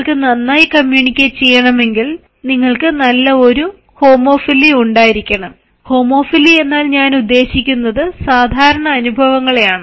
നിങ്ങൾക്ക് നന്നായി കമ്മ്യൂണിക്കേറ്റ് ചെയ്യണമെങ്കിൽ നിങ്ങൾക്ക് നല്ല ഒരു ഹോമോഫിൽ ഉണ്ടായിരിക്കണം ഹോമോഫിൽ എന്ന് ഞാൻ ഉദ്ദേശിക്കുന്നത് സാധാരണ അനുഭവങ്ങളെയാണ്